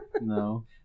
no